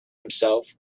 himself